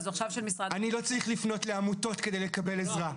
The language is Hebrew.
אני לא צריך לפנות לעמותות כדי לקבל עזרה.